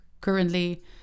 currently